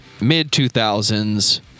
mid-2000s